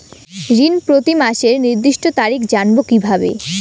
ঋণ প্রতিমাসের নির্দিষ্ট তারিখ জানবো কিভাবে?